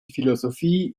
philosophie